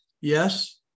yes